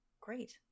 Great